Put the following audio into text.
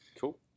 Cool